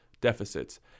deficits